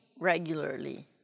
regularly